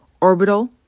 orbital